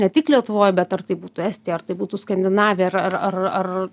ne tik lietuvoj bet ar tai būtų estija ar tai būtų skandinavija ar ar ar ar